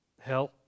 Hell